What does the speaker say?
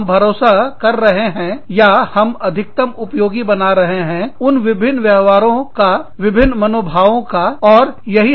हम भरोसा कर रहे हैं या हम अधिकतम उपयोगी बना रहे हैं उन विभिन्न व्यवहारों का विभिन्न मनोभावों का विभिन्न परिस्थितियों को विभिन्न तरीकों से निपटने का जो हमारे कर्मचारी सामने लाते हैं